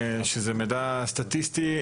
שזה מידע סטטיסטי,